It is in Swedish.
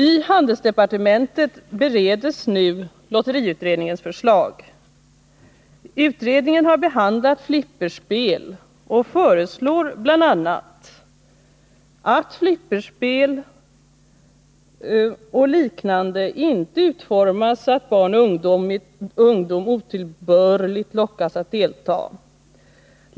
I handelsdepartementet bereds nu lotteriutredningens förslag. Utredningen har behandlat flipperspel och föreslår enligt utskottets referat bl.a. att ”flipperspel och liknande inte utformas så att barn och ungdom otillbörligt lockas att delta.